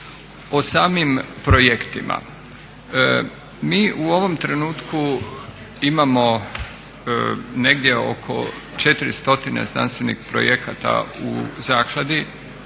o samim projektima. Mi u ovom trenutku imamo negdje oko 400 znanstvenih projekata u zakladi